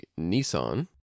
Nissan